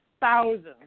thousands